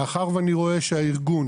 מאחר שאני רואה שהארגון,